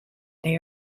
they